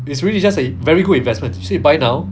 it's really just a very good investment to say buy now